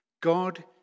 God